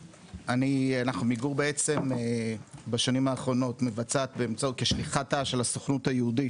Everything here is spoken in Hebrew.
עמיגור בשנים האחרונות מבצעת כשליחתה של הסוכנות היהודית,